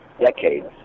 decades